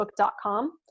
facebook.com